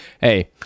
hey